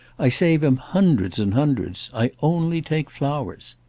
i save him hundreds and hundreds. i only take flowers.